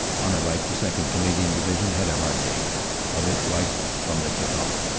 on our right the second. canadian division had a hard day of it right from the kick-off.